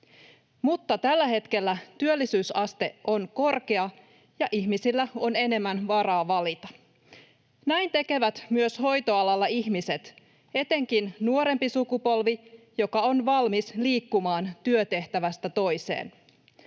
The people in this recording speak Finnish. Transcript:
Mutta tällä hetkellä työllisyysaste on korkea ja ihmisillä on enemmän varaa valita. Näin tekevät myös ihmiset hoitoalalla, etenkin nuorempi sukupolvi, joka on valmis liikkumaan työtehtävästä toiseen.